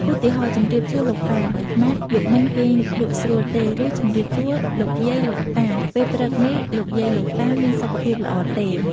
ឧទាហរណ៍ ជម្រាបសួរលោកប៉ា ម៉ាក់! យប់មិញគេងលក់ស្រួលទេ? ឬ ជម្រាបសួរលោកយាយលោកតា! ពេលព្រឹកនេះលោកយាយលោកតាមានសុខភាពល្អទេ?។